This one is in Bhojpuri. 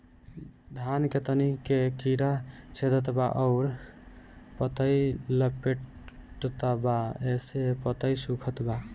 धान के तना के कीड़ा छेदत बा अउर पतई लपेटतबा जेसे पतई सूखत बा?